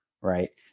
right